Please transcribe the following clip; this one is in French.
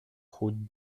route